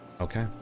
Okay